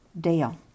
Dale